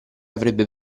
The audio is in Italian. avrebbe